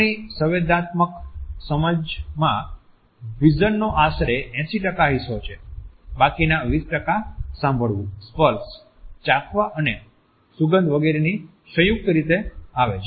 આપણી સંવેદનાત્મક સમજમા વિઝનનો આશરે 80 ટકા હિસ્સો છે બાકીના 20 ટકા સાંભળવુ સ્પર્શ ચાખવા અને સુગંધ વગેરેની સંયુક્ત રીતે આવે છે